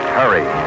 hurry